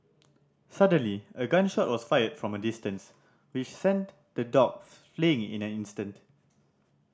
suddenly a gun shot was fired from a distance which sent the dogs fleeing in an instant